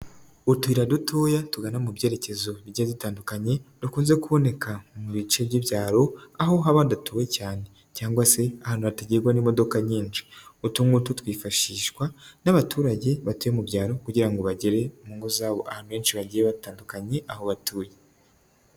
Utuyira dutoya tugana mu byerekezo bijyiye bitandukanye, dukunze kuboneka mu bice by'ibyaro aho haba ndatuwe cyane cyangwa se ahantu hatagerwa n'imodoka nyinshi. utungutu twifashishwa n'abaturage batuye mu byaro kugira ngo bagere mu ngo zabo ahantu henshi hagiye hatandukanye aho batuye.